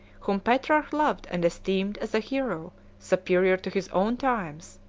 whom petrarch loved and esteemed as a hero superior to his own times,